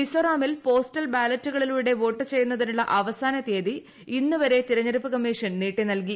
മിസോറാമിൽ പോസ്റ്റൽ ബാലറ്റുകളിലൂടെ വോട്ട് ചെയ്യുന്നതിനുള്ള അവസാന തീയതി ഇന്ന് വരെ തെരഞ്ഞെടുപ്പ് കമ്മീഷൻ നീട്ടി നൽകി